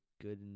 good